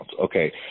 Okay